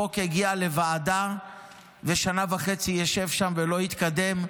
שחוק יגיע לוועדה ושנה וחצי ישב שם ולא יתקדם,